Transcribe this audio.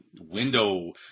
window